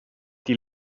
die